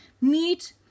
Meat